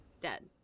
dead